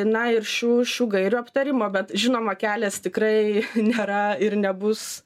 na ir šių šių gairių aptarimo bet žinoma kelias tikrai nėra ir nebus